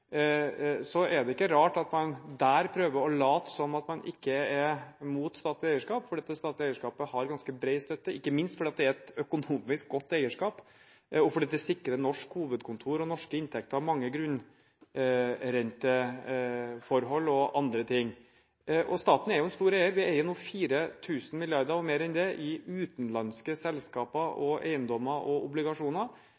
så stille i båten at man omtrent ikke merker at det er en båt og at man er på gyngende grunn – er det ikke rart at man prøver å late som om man ikke er imot statlig eierskap, for dette statlige eierskapet har ganske bred støtte, ikke minst fordi det er et økonomisk godt, og at det sikrer norsk hovedkontor og norske inntekter, mange grunnrenteforhold og annet. Staten er en stor eier. Vi eier nå 4 000 mrd. kr og mer enn det